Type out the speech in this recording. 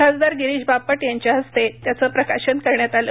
खासदार गिरीश बापट यांच्या हस्ते त्याचं प्रकाशन करण्यात आलं